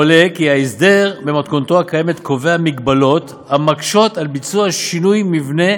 עולה כי ההסדר במתכונתו הקיימת קובע מגבלות המקשות על ביצוע שינויי מבנה